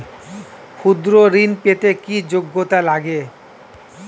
ক্ষুদ্র ঋণ পেতে কি যোগ্যতা লাগে?